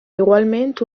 igualment